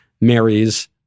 marries